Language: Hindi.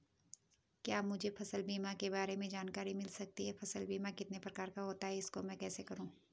क्या मुझे फसल बीमा के बारे में जानकारी मिल सकती है फसल बीमा कितने प्रकार का होता है इसको मैं कैसे करूँ?